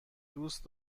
دوست